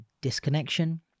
Disconnection